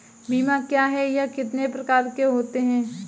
बीमा क्या है यह कितने प्रकार के होते हैं?